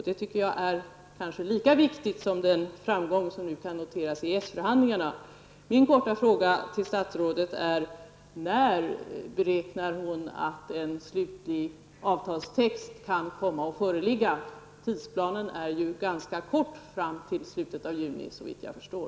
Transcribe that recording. Det tycker jag är kanske lika viktigt som den framgång som nu kan noteras i Min korta fråga är: När beräknar statsrådet att en slutlig avtalstext kan komma att föreligga? Tidsplanen är ju ganska begränsad -- fram till slutet av juni, såvitt jag förstår.